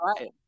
right